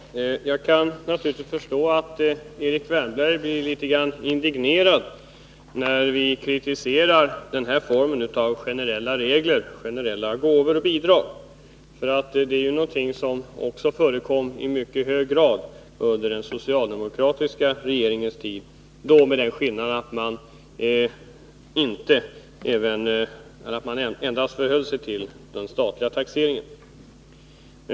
Fru talman! Jag kan naturligtvis förstå att Erik Wärnberg blir litet indignerad när vi kritiserar den här formen av generella regler, generella gåvor och bidrag. Det är ju någonting som förekom i mycket hög grad också under den socialdemokratiska regeringens tid — då med den skillnaden att man tillät avdrag endast vid den statliga taxeringen.